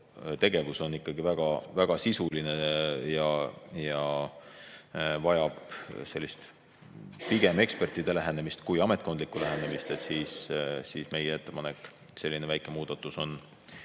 tegevus on ikkagi väga sisuline ja vajab pigem ekspertide lähenemist kui ametkondlikku lähenemist, siis meie ettepanek on selline väike muudatus